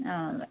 ആ അതെ